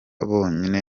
bonyine